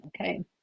okay